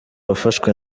wafashwe